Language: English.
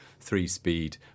three-speed